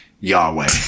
Yahweh